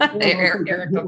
Eric